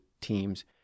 teams